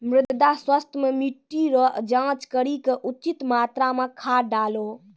मृदा स्वास्थ्य मे मिट्टी रो जाँच करी के उचित मात्रा मे खाद डालहो